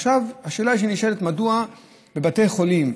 עכשיו השאלה שנשאלת היא מדוע בבתי חולים,